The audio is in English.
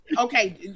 Okay